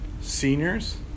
Seniors